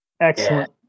Excellent